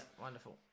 wonderful